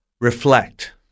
reflect